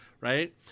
right